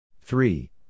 Three